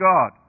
God